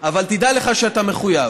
אבל תדע לך שאתה מחויב.